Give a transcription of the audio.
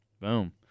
Boom